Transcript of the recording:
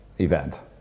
event